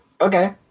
Okay